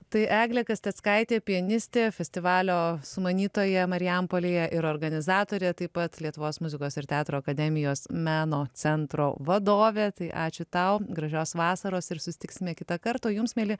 tai eglė kasteckaitė pianistė festivalio sumanytoja marijampolėje ir organizatorė taip pat lietuvos muzikos ir teatro akademijos meno centro vadovė tai ačiū tau gražios vasaros ir susitiksime kitą kartą o jums mieli